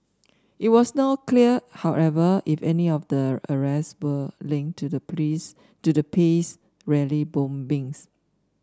it was not clear however if any of the arrests were linked to the please to the peace rally bombings